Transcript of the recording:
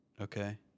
Okay